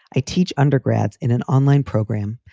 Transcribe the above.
i teach undergrads in an online program.